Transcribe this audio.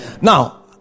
Now